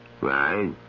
Right